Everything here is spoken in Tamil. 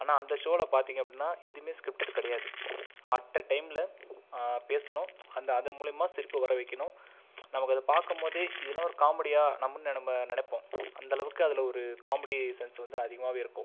ஆனால் அந்த ஷோவில் பார்த்தீங்க அப்படின்னா எதுவுமே ஸ்கிரிப்ட்டட் கிடையாது அட் ஏ டைமில் பேசணும் அந்த அதன் மூலியமாக சிரிப்பு வர வைக்கணும் நமக்கு அதை பார்க்கும்போதே இதுலாம் ஒரு காமெடியா நம்மளும் நென நம்ம நினைப்போம் அந்தளவுக்கு அதில் ஒரு காமெடி சென்ஸ் வந்து அதிகமாகவே இருக்கும்